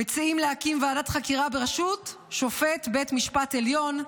מציעים להקים ועדת חקירה בראשות שופט בית המשפט העליון.